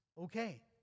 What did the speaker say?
okay